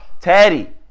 Teddy